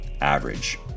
average